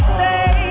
say